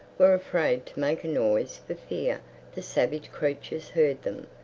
were afraid to make a noise for fear the savage creatures heard them.